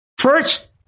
first